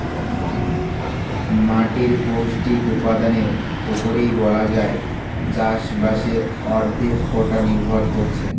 মাটির পৌষ্টিক উপাদানের উপরেই বলা যায় চাষবাসের অর্ধেকটা নির্ভর করছে